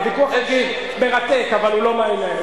הוויכוח האישי מרתק, אבל הוא לא מעניין.